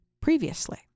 previously